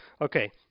Okay